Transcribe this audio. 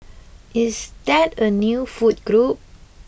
is that a new food group